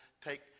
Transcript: take